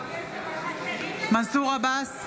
בעד מנסור עבאס,